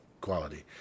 quality